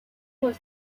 was